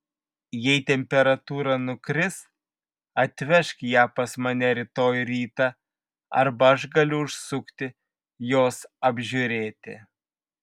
jei temperatūra nukris atvežk ją pas mane rytoj rytą arba aš galiu užsukti jos apžiūrėti